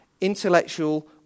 intellectual